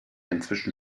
inzwischen